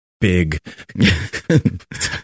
big